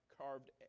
carved